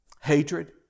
Hatred